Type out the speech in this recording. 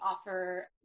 offer